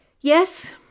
Yes